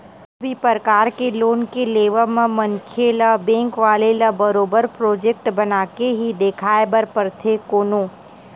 कोनो भी परकार के लोन के लेवब म मनखे ल बेंक वाले ल बरोबर प्रोजक्ट बनाके ही देखाये बर परथे कोनो